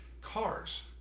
Cars